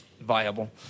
viable